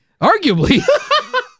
Arguably